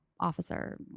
officer